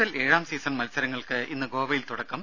L ഏഴാം season മത്സരങ്ങൾക്ക് ഇന്ന് ഗോവയിൽ തുടക്കം